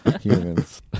humans